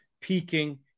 peaking